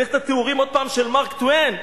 צריך עוד פעם את התיאורים של מרק טוויין?